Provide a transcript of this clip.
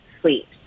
sleep